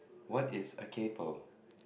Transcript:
what is a kaypoh